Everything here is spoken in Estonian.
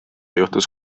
juhtus